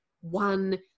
one